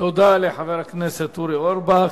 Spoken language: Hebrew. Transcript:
תודה לחבר הכנסת אורי אורבך.